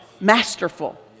masterful